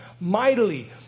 mightily